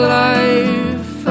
life